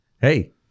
Hey